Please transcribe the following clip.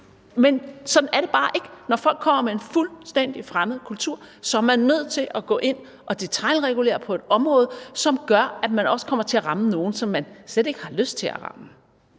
men sådan er det bare ikke. Når folk kommer med en fuldstændig fremmed kultur, er man nødt til at gå ind og detailregulere på nogle områder, som gør, at man også kommer til at ramme nogen, som man slet ikke har lyst til at ramme.